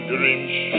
Grinch